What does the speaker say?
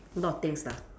a lot of things lah